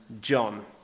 John